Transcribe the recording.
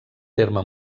terme